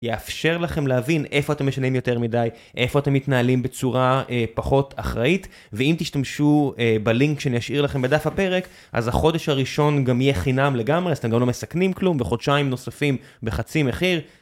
יאפשר לכם להבין איפה אתם משנים יותר מדי, איפה אתם מתנהלים בצורה פחות אחראית, ואם תשתמשו בלינק שאני אשאיר לכם בדף הפרק, אז החודש הראשון גם יהיה חינם לגמרי, אז אתם גם לא מסכנים כלום, וחודשיים נוספים בחצי מחיר.